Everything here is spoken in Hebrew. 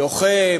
לוחם,